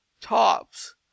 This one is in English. tops